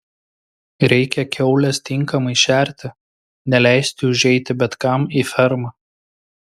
reikia kiaules tinkamai šerti neleisti užeiti bet kam į fermą